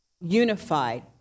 unified